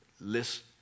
list